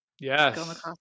Yes